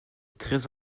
très